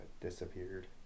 disappeared